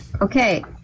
Okay